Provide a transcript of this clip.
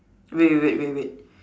wait wait wait wait wait